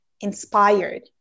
inspired